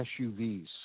SUVs